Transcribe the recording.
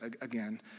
again